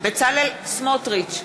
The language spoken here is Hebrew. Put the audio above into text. בצלאל סמוטריץ,